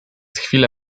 chwilę